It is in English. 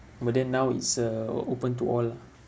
but then now it's uh o~ open to all lah